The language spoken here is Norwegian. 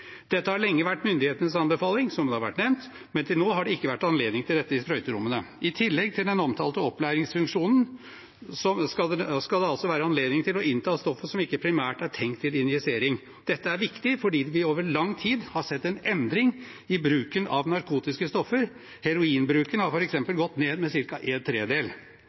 Dette har lenge vært myndighetenes anbefaling, som det har vært nevnt, men til nå har det ikke vært anledning til det i sprøyterommene. I tillegg til den omtalte opplæringsfunksjonen skal det altså være anledning til å innta stoff som ikke primært er tenkt til injisering. Dette er viktig fordi vi over lang tid har sett en endring i bruken av narkotiske stoffer. Heroinbruken har f.eks. gått ned med ca. en